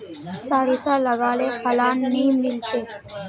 सारिसा लगाले फलान नि मीलचे?